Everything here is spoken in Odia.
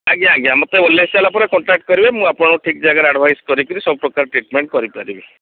ଆଜ୍ଞା ଆଜ୍ଞା ମୋତେ ଓଲ୍ହେଇ ସାରିଲା ପରେ କଣ୍ଟାକ୍ଟ୍ କରିବେ ମୁଁ ଆପଣଙ୍କୁ ଠିକ୍ ଜାଗାରେ ଆଡ଼୍ଭାଇସ୍ କରିକରି ସବୁ ପ୍ରକାର ଟ୍ରିଟ୍ମେଣ୍ଟ୍ କରିପାରିବି